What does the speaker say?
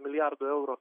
milijardų eurų